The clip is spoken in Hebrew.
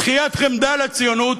שכיית חמדה לציונות,